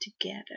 together